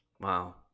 Wow